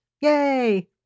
Yay